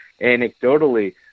Anecdotally